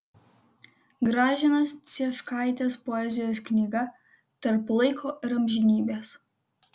gražinos cieškaitės poezijos knygą tarp laiko ir amžinybės